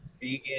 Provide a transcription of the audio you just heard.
vegan